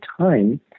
time